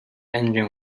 engine